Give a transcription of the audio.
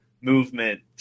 movement